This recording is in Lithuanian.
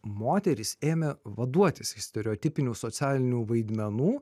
moterys ėmė vaduotis iš stereotipinių socialinių vaidmenų